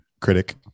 critic